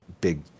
big